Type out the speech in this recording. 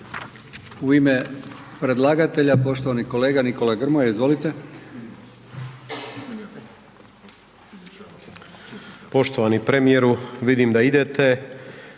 U ime predlagatelja poštovani kolega Nikola Grmoja, izvolite. **Grmoja, Nikola (MOST)** Poštovani premijeru, vidim da idete,